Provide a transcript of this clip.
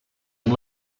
amb